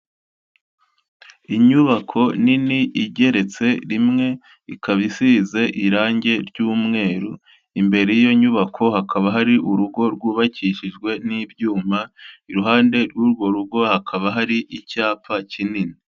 Inyubako nini igeretse rimwe ikaba isize irange ry'umweru, imbere y'iyo nyubako hakaba hari urugo rwubakishijwe n'ibyuma, iruhande rw'urwo rugo hakaba hari icyapa kinini.